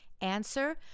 Answer